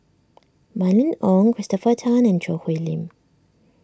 Mylene Ong Christopher Tan and Choo Hwee Lim